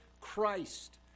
Christ